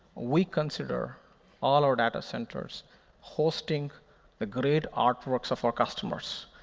we consider all our data centers hosting the great artworks of our customers,